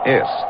Yes